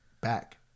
back